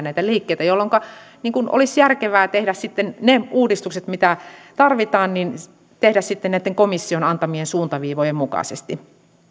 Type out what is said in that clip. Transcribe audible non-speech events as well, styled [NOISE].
[UNINTELLIGIBLE] näitä liikkeitä jolloinka olisi järkevää tehdä sitten ne uudistukset mitä tarvitaan näitten komission antamien suuntaviivojen mukaisesti